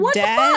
dad